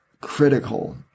critical